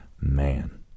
man